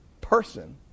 person